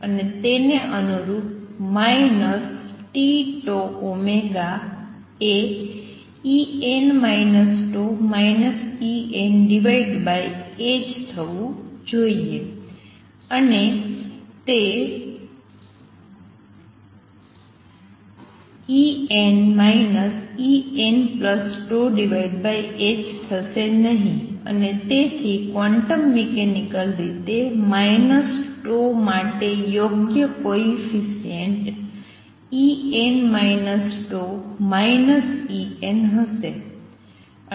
અને તેને અનુરૂપ tτω એ En τ Enℏ થવું જોઈએ અને તે En Enτℏ થશે નહીં અને તેથી ક્વોન્ટમ મિકેનિકલ રીતે τ માટે યોગ્ય કોએફિસિએંટ En τ En હશે